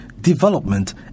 development